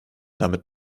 damit